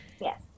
Yes